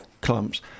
clumps